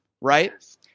right